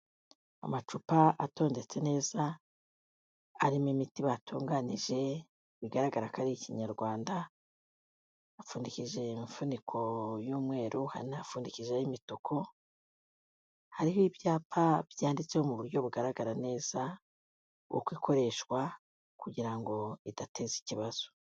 Amacupa atondetse neza, arimo imiti batunganije bigaragara ko ari ikinyarwanda, apfundikishije imifuniko y'umweru, hari napfundikishije ay'imituku. Hariho ibyapa byanditseho mu buryo bugaragara neza uko ikoreshwa kugira ngo idateza ikibazo.